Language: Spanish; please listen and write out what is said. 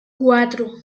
cuatro